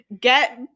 get